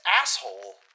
asshole